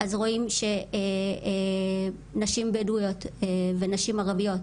אז רואים שנשים בדואיות ונשים ערביות,